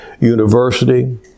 University